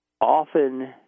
often